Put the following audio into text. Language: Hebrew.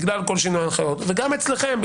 וגם אצלכם,